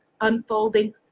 unfolding